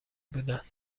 بودند